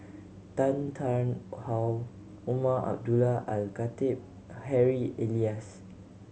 Tan Tarn How Umar Abdullah Al Khatib Harry Elias